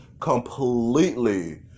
completely